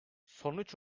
sonuç